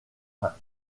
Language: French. bruns